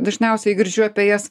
dažniausiai girdžiu apie jas